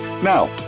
Now